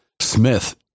smith